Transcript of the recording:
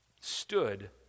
stood